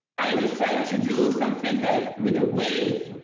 i decided to do something, like, with a wave.